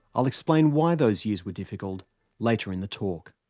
i'll explain why those years were difficult later in the talk.